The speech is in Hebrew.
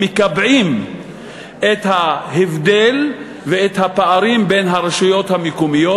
מקבעים את ההבדל ואת הפערים בין הרשויות המקומיות.